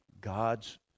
God's